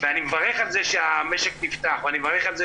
אני מברך על כך שהמשק נפתח ואני מברך על כך